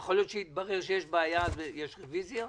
יכול להיות שיתברר שיש בעיה ואז יש רביזיה.